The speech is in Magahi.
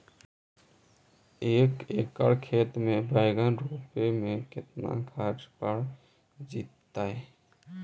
एक एकड़ खेत में बैंगन रोपे में केतना ख़र्चा पड़ जितै?